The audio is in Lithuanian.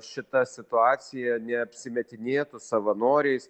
šita situacija neapsimetinėtų savanoriais